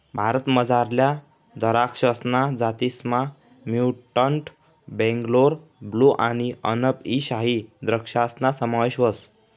भारतमझारल्या दराक्षसना जातीसमा म्युटंट बेंगलोर ब्लू आणि अनब ई शाही द्रक्षासना समावेश व्हस